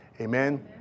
amen